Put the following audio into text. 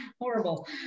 horrible